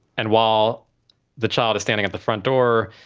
and while the child is standing at the front door,